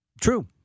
True